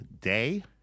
day